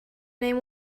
name